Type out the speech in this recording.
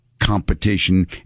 competition